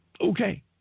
okay